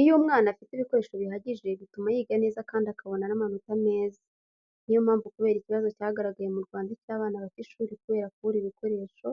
Iyo umwana afite ibikoresho bihagije bituma yiga neza kandi akabona n'amanota meza, niyo mpamvu kubera ikibazo cyagaragaye mu Rwanda cy'abana bata ishuri kubera kubura ibikoresho,